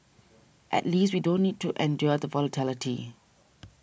at least we don't need to endure the volatility